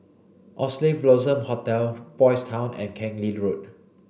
Oxley Blossom Hotel Boys' Town and Keng Lee Road